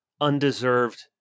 undeserved